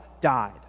died